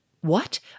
What